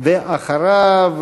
ואחריו,